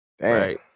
right